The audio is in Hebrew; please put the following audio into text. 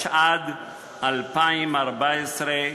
התשע"ד 2014,